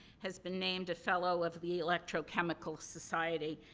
has been named a fellow of the electrochemical society.